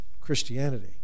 Christianity